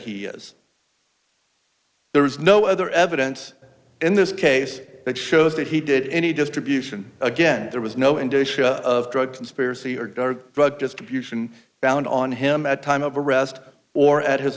he is there is no other evidence in this case that shows that he did any distribution again there was no indication of drug conspiracy or drug distribution found on him at time of arrest or at his